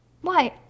Why